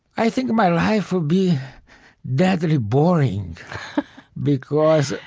i think my life would be deadly boring because,